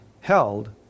held